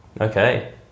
Okay